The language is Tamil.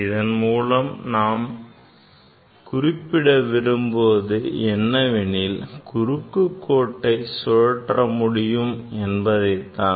இதன்மூலம் நான் குறிப்பிட விரும்புவது என்னவெனில் குறுக்கு கோட்டை சுழற்ற முடியும் என்பதைத்தான்